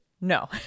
No